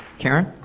karen?